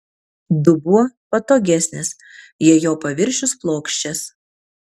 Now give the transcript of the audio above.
dubuo patogesnis jei jo paviršius plokščias